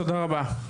תודה רבה.